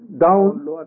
down